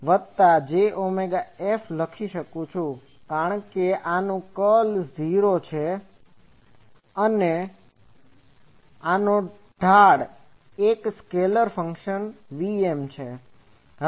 તેથી હું HF Jω F HF વત્તા j ઓમેગા F લખી શકું છું કારણ કે આનું કર્લ 0 છે હું કહી શકું છું કે આનો ઢાળ એક સ્કેલેર ફંક્શન Vm છે